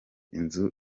inzu